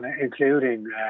including